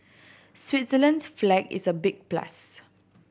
Switzerland's flag is a big plus